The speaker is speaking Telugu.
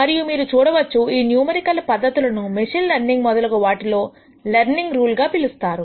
మరియు మీరు చూడవచ్చు ఈ న్యూమరికల్ పద్ధతులను మెషిన్ లెర్నింగ్ మొదలగు వాటిలో లెర్నింగ్ రూల్ గా పిలుస్తారు